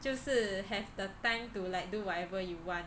就是 have the time to like do whatever you want